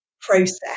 process